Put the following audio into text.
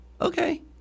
Okay